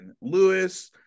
Lewis